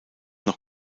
noch